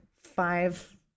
five